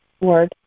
word